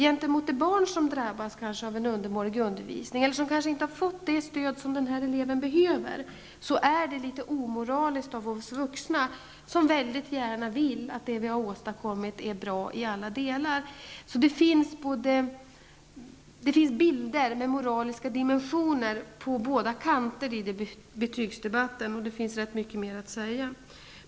Gentemot de barn som kanske har drabbats av en undermålig undervisning eller inte har fått det stöd som de behöver, är det omoraliskt av oss vuxna som mycket gärna vill att det vi har åstadkommit skall vara bra i alla delar. Det finns bilder med moraliska dimensioner på båda kanter i betygsdebatten. Det finns också ganska mycket mer att säga.